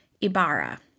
Ibarra